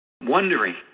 wondering